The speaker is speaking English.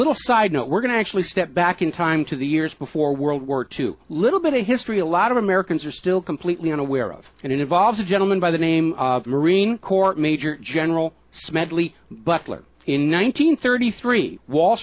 little side note we're going to actually step back in time to the years before world war two little bit of history a lot of americans are still completely unaware of and it involves a gentleman by the name of marine corps major general smedley butler in nineteen thirty three wall